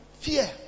fear